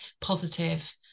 positive